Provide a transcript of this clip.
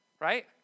right